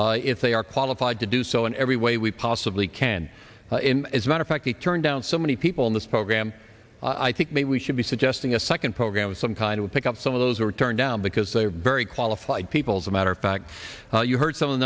teach if they are qualified to do so in every way we possibly can as a matter fact we turn down so many people in this program i think maybe we should be suggesting a second program of some kind of pick up some of those were turned down because they are very qualified people as a matter of fact you heard some